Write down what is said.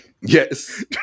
yes